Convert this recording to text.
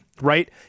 right